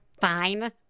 Fine